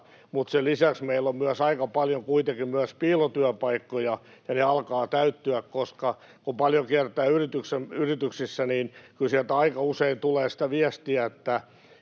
alhainen, se on totta — aika paljon myös piilotyöpaikkoja, ja ne alkavat täyttyä. Kun paljon kiertää yrityksissä, niin kyllä sieltä aika usein tulee sitä viestiä, että